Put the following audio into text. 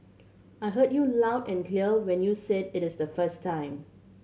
I heard you loud and clear when you said it is the first time